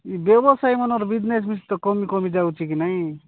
ବ୍ୟବସାୟୀମାନଙ୍କର business ତ କମି କମି ଯାଉଛି କି ନାଇଁ